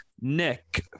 Nick